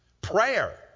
Prayer